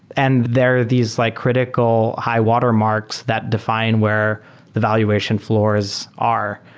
and there are these like critical high-watermarks that define where the valuation floors are.